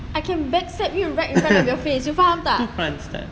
I can back stab you right in front of your face you faham tak